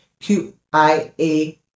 QIA